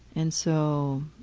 and so